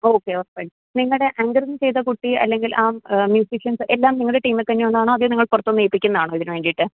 okay oh fine നിങ്ങളുടെ anchoring ചെയ്ത കുട്ടി അല്ലെങ്കിൽ ആം മ്യുസിഷൻസ് എല്ലാം നിങ്ങളുടെ ടീമിൽ തന്നെ ഉള്ളതാണോ അതെയോ നിങ്ങൾ പുറത്ത് നിന്ന് ഏൽപ്പിക്കുന്നതാണോ ഇതിന് വേണ്ടിയിട്ട്